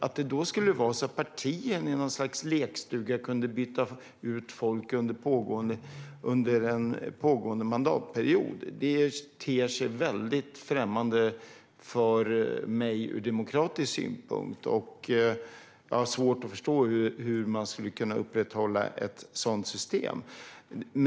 Att partierna i någons sorts lekstuga skulle kunna byta ut folk under pågående mandatperiod ter sig väldigt främmande för mig ur demokratisk synpunkt. Jag har svårt att förstå hur man skulle kunna upprätthålla ett sådant system.